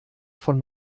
von